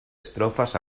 estrofas